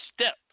step